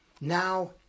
Now